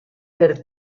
per